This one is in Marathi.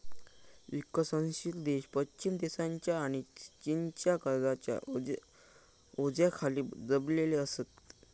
विकसनशील देश पश्चिम देशांच्या आणि चीनच्या कर्जाच्या ओझ्याखाली दबलेले असत